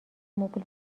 مبل